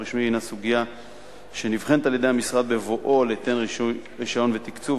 רשמי היא סוגיה הנבחנת על-ידי המשרד בבואו ליתן רשיון ותקצוב,